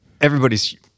everybody's